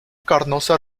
carnosa